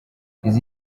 izi